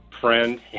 friend